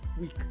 week